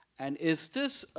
and is this